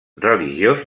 religiós